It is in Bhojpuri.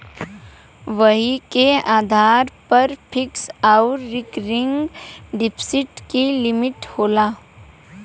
वही के आधार पर फिक्स आउर रीकरिंग डिप्सिट के लिमिट होला